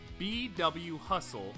bwhustle